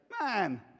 man